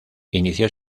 inició